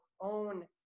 own